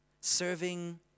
serving